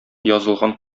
язылган